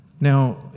Now